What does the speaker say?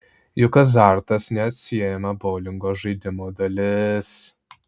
juk azartas neatsiejama boulingo žaidimo dalis